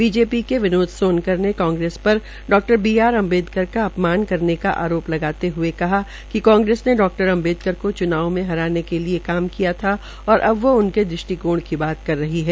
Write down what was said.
BJP के विनोद सोनकर ने कांग्रेस पर डॉ बी आर अम्बेडकर का अपमान करने का आरोप लगाते हए कहा कि कांग्रेस ने डॉ अम्बेडकर को चूनाव में हराने के लिए काम किया था और अब वो उनके दृष्टिकोण की बात कर रही है